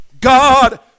God